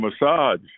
massage